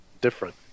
different